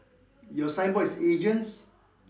your signboard is agents